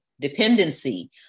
dependency